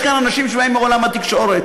ויש כאן אנשים שבאים מעולם התקשורת,